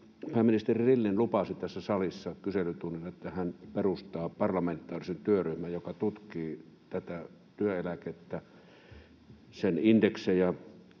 pääministeri Rinne lupasi tässä salissa kyselytunnilla, että hän perustaa parlamentaarisen työryhmän, joka tutkii työeläkettä, sen indeksejä,